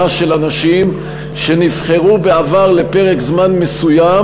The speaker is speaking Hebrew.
של אנשים שנבחרו בעבר לפרק זמן מסוים,